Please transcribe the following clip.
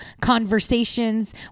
conversations